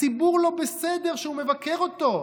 הציבור לא בסדר שהוא מבקר אותו.